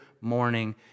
morning